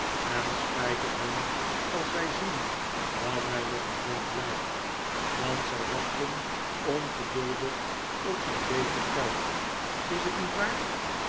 en spijt het hun als zij zien dat hij nog gezond blijft want zij wachten ongeduldig op zijn beetje geld is het niet waar